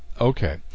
Okay